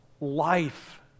life